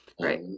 right